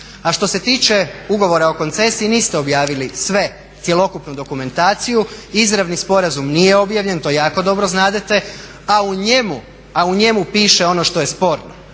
A što se tiče ugovora o koncesiji niste objavili sve, cjelokupnu dokumentaciju, izravni sporazum nije objavljen to jako dobro znate a u njemu piše ono što je sporno.